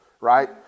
right